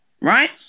right